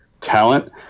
talent